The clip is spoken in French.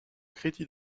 crédit